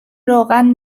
روغن